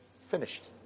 Finished